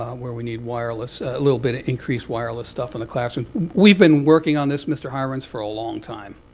where we need wireless a little bit of increased wireless stuff in the classroom. we've been working on this, mr. hirons, for a long time.